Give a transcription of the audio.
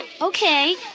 Okay